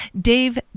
Dave